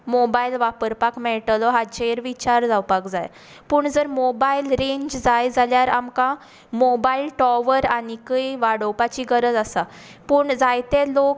mobile वापरपाक मेेळटलो हाचेर विचार जावपाक जाय पूण जर मोबायल रेंज जाय जाल्यार आमकां मोबायल टोवर आनीकूय वाडोवपाची गरज आसा पूण जायते लोक